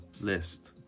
list